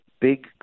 big